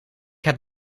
heb